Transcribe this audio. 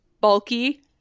bulky